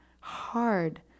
hard